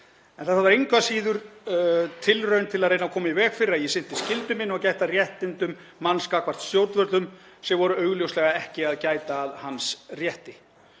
En þetta var engu að síður allt tilraun til að reyna að koma í veg fyrir að ég sinnti skyldu minni og gætti að réttindum manns gagnvart stjórnvöldum, sem voru augljóslega ekki að gæta að hans rétti.“